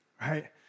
right